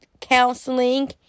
counseling